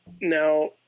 now